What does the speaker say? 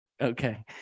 Okay